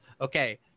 okay